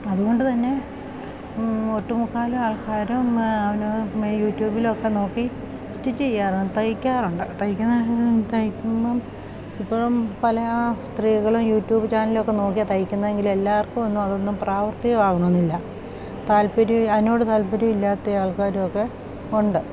അതുകൊണ്ട് തന്നെ ഒട്ടുമുക്കാലും ആൾക്കാരും അവന് യൂട്യൂബിലൊക്കെ നോക്കി സ്റ്റിച്ച് ചെയ്യാറ് തയ്ക്കാറുണ്ട് തയ്ക്കുന്ന തയ്ക്കുമ്പം ഇപ്പോഴും പല സ്ത്രീകളും യൂട്യൂബ് ചാനലൊക്കെ നോക്കിയ തയ്ക്കുന്നത് എങ്കിൽ എല്ലാവർക്കും ഒന്നും അതൊന്നും പ്രാവർത്തികം ആവണോന്നില്ല താല്പര്യം അതിനോട് താല്പര്യം ഇല്ലാത്ത ആൾക്കാരും ഒക്കെ ഉണ്ട്